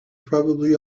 probably